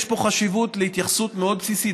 יש פה חשיבות להתייחסות מאוד בסיסית,